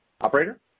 Operator